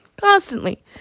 Constantly